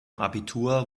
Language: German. abitur